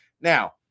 Now